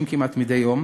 המתרחשים כמעט מדי יום